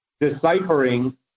deciphering